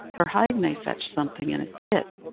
her hide may fetch something' and it did.